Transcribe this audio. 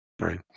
right